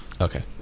okay